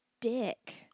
dick